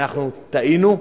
אנחנו טעינו,